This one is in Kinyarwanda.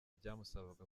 byamusabaga